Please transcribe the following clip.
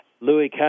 Louis